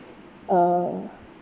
uh